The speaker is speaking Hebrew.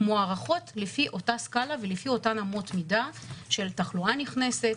מוערכות לפי אותה סקאלה ולפי אותן אמות מידה של תחלואה נכנסת,